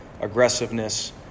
aggressiveness